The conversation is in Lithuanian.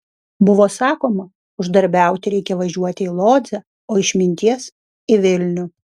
buvo sakoma uždarbiauti reikia važiuoti į lodzę o išminties į vilnių